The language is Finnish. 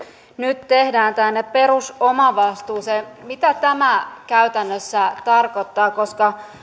nyt tehdään tänne perus omavastuuseen mitä tämä käytännössä tarkoittaa koska